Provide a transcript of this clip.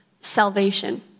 salvation